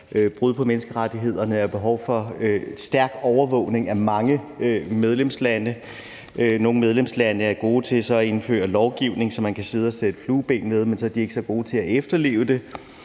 brud på menneskerettighederne og der ikke er behov for en stærk overvågning af mange medlemslande. Nogle medlemslande er gode til at indføre lovgivning, som man kan sidde og sætte flueben ved, men så er de ikke så gode til at efterleve det.